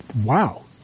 wow